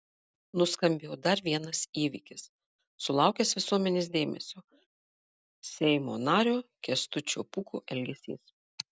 nuskambėjo dar vienas įvykis sulaukęs visuomenės dėmesio seimo nario kęstučio pūko elgesys